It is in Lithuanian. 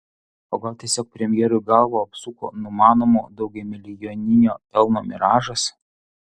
o gal tiesiog premjerui galvą apsuko numanomo daugiamilijoninio pelno miražas